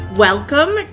Welcome